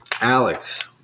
Alex